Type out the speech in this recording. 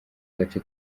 gace